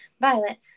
Violet